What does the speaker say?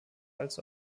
als